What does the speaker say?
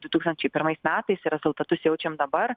du tūkstančiai pirmais metais rezultatus jaučiam dabar